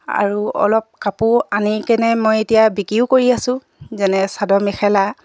আৰু অলপ কাপোৰ আনি কেনে মই এতিয়া বিক্ৰীও কৰি আছো যেনে চাদৰ মেখেলা